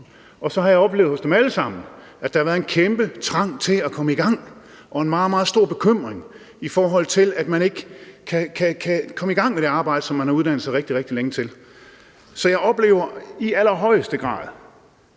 Og så har jeg oplevet hos dem alle sammen, at der har været en kæmpe trang til at komme i gang og en meget, meget stor bekymring, i forhold til at man ikke kan komme i gang med det arbejde, som man har uddannet sig rigtig, rigtig længe til. Så jeg oplever i allerhøjeste grad,